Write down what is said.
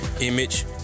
image